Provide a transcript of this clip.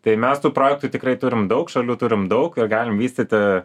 tai mes tų projektų tikrai turim daug šalių turim daug ir galim vystyti